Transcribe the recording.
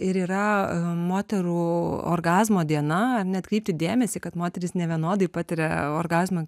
ir yra moterų orgazmo diena ar ne atkreipti dėmesį kad moterys nevienodai patiria orgazmą